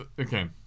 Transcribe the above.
Okay